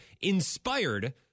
inspired